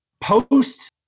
post